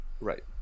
Right